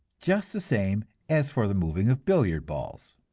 just the same as for the moving of billiard balls.